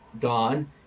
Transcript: gone